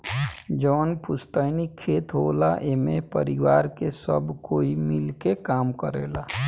जवन पुस्तैनी खेत होला एमे परिवार के सब कोई मिल के काम करेला